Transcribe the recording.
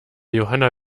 johanna